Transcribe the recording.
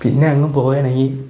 പിന്നെ അങ്ങ് പോവുകയാണെങ്കിൽ